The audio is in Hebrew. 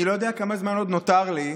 אני לא יודע כמה זמן עוד נותר לי,